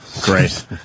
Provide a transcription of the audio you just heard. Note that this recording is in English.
Great